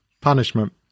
Punishment